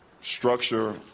structure